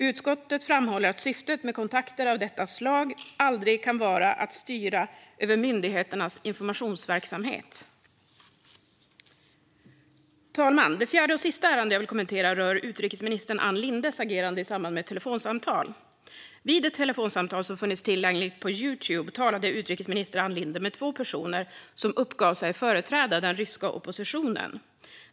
Utskottet framhåller att syftet med kontakter av detta slag aldrig kan vara att styra över myndigheternas informationsverksamhet. Fru talman! Det fjärde och sista ärende jag vill kommentera rör utrikesminister Ann Lindes agerande i samband med ett telefonsamtal. Vid ett telefonsamtal som funnits tillgängligt på Youtube talade utrikesminister Ann Linde med två personer som uppgav sig företräda den ryska oppositionen.